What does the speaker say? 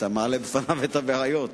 אתה מעלה בפניו את הבעיות,